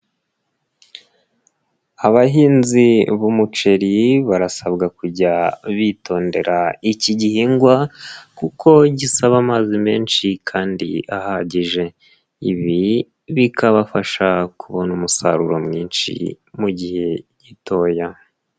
Abahinzi b'umuceri barasabwa kujya bitondera iki gihingwa kuko gisaba amazi menshi kandi ahagije, ibi bikabafasha kubona umusaruro mwinshi mu gihe gitoya.